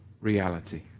reality